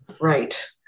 Right